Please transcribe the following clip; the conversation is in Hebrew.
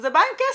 זה בא עם כסף.